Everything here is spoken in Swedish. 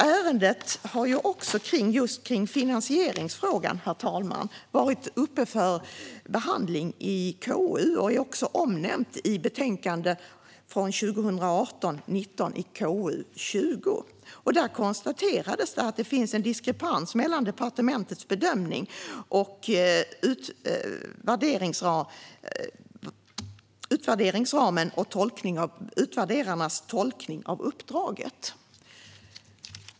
Ärendet har också när det gäller just finansieringsfrågan, herr talman, varit uppe för behandling i KU. Det är omnämnt i betänkandet 2018/19:KU20, och där konstaterades att det finns en diskrepans mellan departementets bedömning och utvärderarens tolkning av uppdraget.